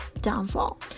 downfall